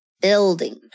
building